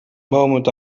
moment